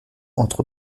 entre